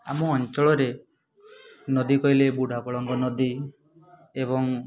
ଆମ ଅଞ୍ଚଳରେ ନଦୀ କହିଲେ ବୁଢ଼ାବଳଙ୍ଗ ନଦୀ ଏବଂ